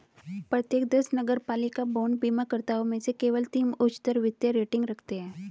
प्रत्येक दस नगरपालिका बांड बीमाकर्ताओं में से केवल तीन उच्चतर वित्तीय रेटिंग रखते हैं